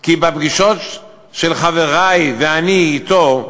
כי בפגישות של חברי ושלי אתו,